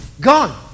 Gone